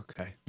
Okay